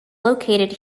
located